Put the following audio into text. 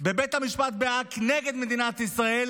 בבית המשפט בהאג נגד מדינת ישראל,